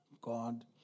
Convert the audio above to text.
God